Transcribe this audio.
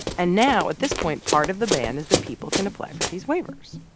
and now, at this point, part of the ban is that people can apply for these waivers.